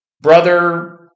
Brother